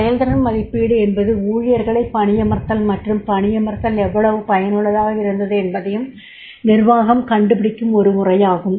செயல்திறன் மதிப்பீடு என்பது ஊழியர்களை பணியமர்த்தல் மற்றும் பணியமர்த்தல் எவ்வளவு பயனுள்ளதாக இருந்தது என்பதையும் நிர்வாகம் கண்டுபிடிக்கும் ஒரு முறையாகும்